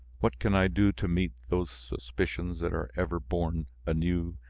what can i do to meet those suspicions that are ever born anew,